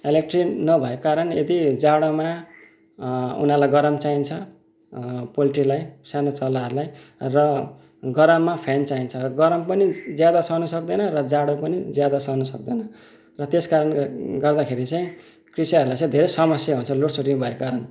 electricity नभएको कारण यदि जाडोमा उनीहरूलाई गरम चाहिन्छ पोल्ट्रीलाई सानो चल्लाहरूलाई र गरममा फ्यान चाहिन्छ गरम पनि ज्यादा सहनु सक्दैन र जाडो पनि ज्यादा सहनु सक्दैन र त्यस कारण गर्दाखेरि चाहिँ कृषिहरूलाई चाहिँ धेरै समस्या हुन्छ लोड सेडिङ भएको कारण